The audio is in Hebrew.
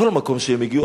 כל מקום שהם הגיעו,